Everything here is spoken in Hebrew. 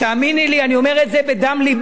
תאמיני לי, אני אומר את זה בדם לבי,